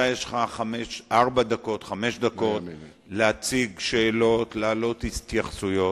יש לך ארבע-חמש דקות להציג שאלות ולהעלות התייחסויות.